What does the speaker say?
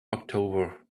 october